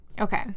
okay